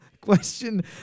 Question